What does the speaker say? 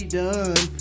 done